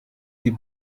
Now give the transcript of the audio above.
die